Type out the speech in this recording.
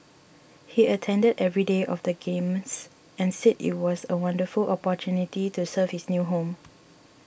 he attended every day of the Games and said it was a wonderful opportunity to serve his new home